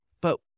But-